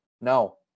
No